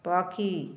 ପକ୍ଷୀ